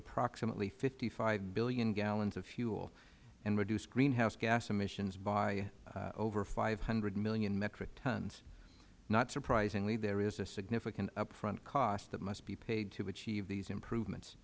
approximately fifty five billion gallons of fuel and reduce greenhouse gas emissions by over five hundred million metric tons not surprisingly there is a significant upfront cost that must be paid to achieve these improvements